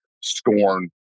scorn